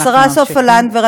השרה סופה לנדבר,